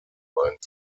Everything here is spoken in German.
gemeint